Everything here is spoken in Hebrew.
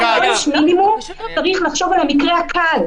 כשאתם חושבים על עונש מינימום צריך לחשוב על המקרה הקל.